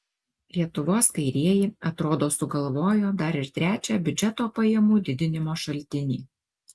lietuvos kairieji atrodo sugalvojo dar ir trečią biudžeto pajamų didinimo šaltinį